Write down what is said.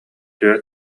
түөрт